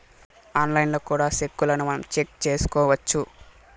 ఆన్లైన్లో కూడా సెక్కును మనం చెక్ చేసుకోవచ్చు